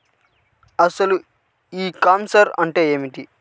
అసలు ఈ కామర్స్ అంటే ఏమిటి?